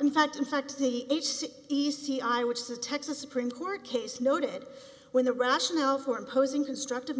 in fact in fact the h c e c i which the texas supreme court case noted when the rationale for imposing constructive